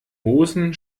moosen